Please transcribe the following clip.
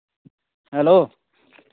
hello